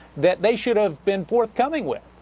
that they should have been forthcoming with.